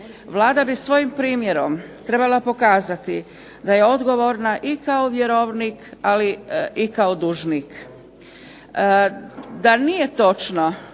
Vlada bi svojim primjerom trebala pokazati da je odgovorna i kao vjerovnik ali i kao dužnik.